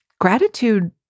Gratitude